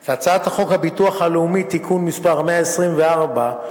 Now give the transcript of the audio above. את הצעת חוק הביטוח הלאומי (תיקון מס' 124),